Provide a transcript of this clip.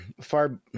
far